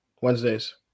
Wednesdays